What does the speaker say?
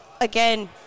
Again